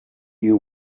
you